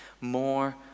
more